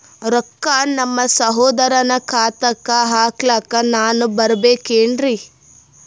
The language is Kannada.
ರೊಕ್ಕ ನಮ್ಮಸಹೋದರನ ಖಾತಾಕ್ಕ ಹಾಕ್ಲಕ ನಾನಾ ಬರಬೇಕೆನ್ರೀ?